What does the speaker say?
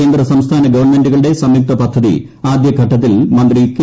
കേന്ദ്ര സംസ്ഥാന ഗവർണമെന്റുകളുടെ സംയുക്ത പദ്ധതി ആദ്യ ഘട്ടത്തിൽ മന്ത്രി കെ